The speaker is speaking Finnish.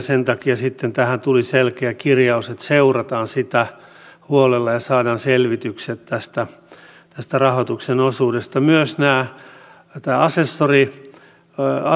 sen takia tähän tuli selkeä kirjaus että seurataan sitä huolella ja saadaan selvitykset rahoituksen osuudesta myös nää mitä asessori ja